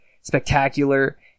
spectacular